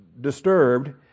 disturbed